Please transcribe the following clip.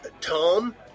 Tom